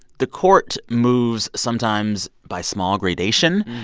the court moves sometimes by small gradation.